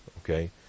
Okay